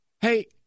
Hey